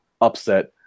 upset